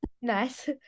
nice